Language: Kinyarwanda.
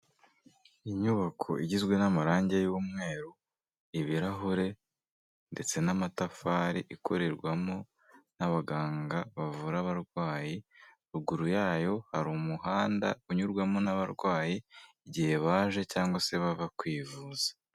Inyubako igizwe n'amarangi y'umweru ibirahure ndetse n'amatafari ikorerwamo n'abaganga bavura abarwayi ruguru yayo hari umuhanda unyurwamo n'abarwayi igihe baje cyangwa se bava kwivuza.